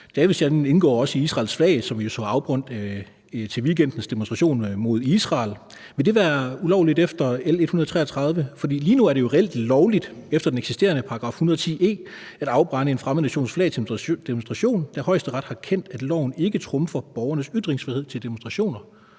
Davidsstjernen indgår også i Israels flag, som vi jo så afbrændt til weekendens demonstration mod Israel. Vil det være ulovligt efter L 133? For lige nu er det jo reelt lovligt efter den eksisterende § 110 e at afbrænde en fremmed nations flag til en demonstration, da Højesteret har erkendt, at loven ikke trumfer borgernes ytringsfrihed til demonstrationer.